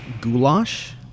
goulash